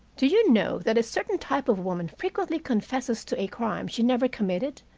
do you know that a certain type of woman frequently confesses to a crime she never committed,